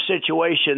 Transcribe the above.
situation